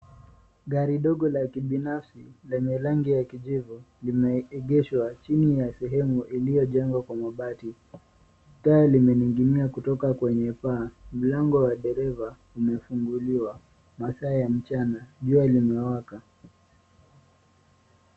Gari dogo la kibinafsi lenye rangi ya kijivu limeegeshwa chini ya sehemu iliyojengwa kwa mabati. Taa limening'inia kutoka kwenye paa. Mlango wa dereva umefunguliwa. Masaa ya mchana. Jua limewaka.